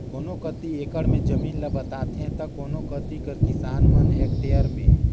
कोनो कती एकड़ में जमीन ल बताथें ता कोनो कती कर किसान मन हेक्टेयर में